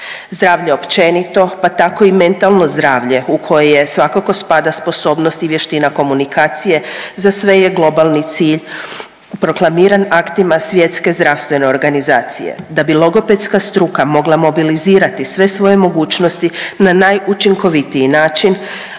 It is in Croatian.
Zdravlje općenito pa tako i mentalno zdravlje u koje svakako spada sposobnost i vještina komunikacije za sve je globalni cilj proklamiran aktima Svjetske zdravstvene organizacije. Da bi logopedska struka mogla mobilizirati sve svoje mogućnosti na najučinkovitiji način,